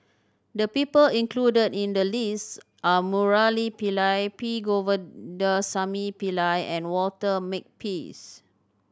the people included in the list are Murali Pillai P Govindasamy Pillai and Walter Makepeace